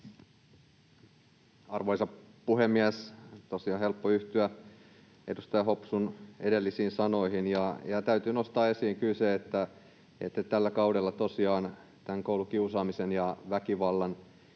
Arvoisa puhemies! On tosiaan helppo yhtyä edustaja Hopsun edellisiin sanoihin. Täytyy nostaa esiin kyllä se, että tällä kaudella tosiaan koulukiusaamisen ja ‑väkivallan